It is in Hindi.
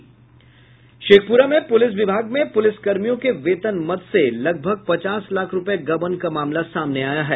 शेखप्ररा में पुलिस विभाग में पुलिस कर्मियों के वेतन मद से लगभग पचास लाख रुपए गबन का मामला सामने आया है